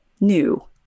new